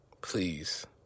Please